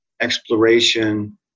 exploration